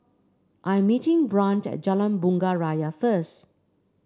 I am meeting Brant at Jalan Bunga Raya first